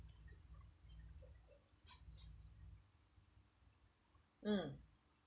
mm